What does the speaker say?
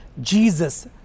Jesus